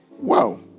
Wow